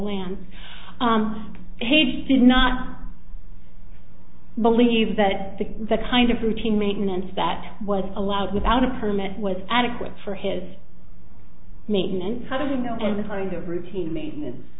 land he did not believe that the that kind of routine maintenance that was allowed without a permit was adequate for his nathan how do we know in the kind of routine maintenance